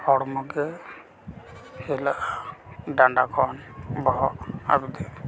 ᱦᱚᱲᱢᱚᱜᱮ ᱦᱤᱞᱟᱹᱜᱼᱟ ᱰᱟᱸᱰᱟ ᱠᱷᱚᱱ ᱵᱚᱦᱚᱜ ᱦᱟᱹᱵᱤᱡ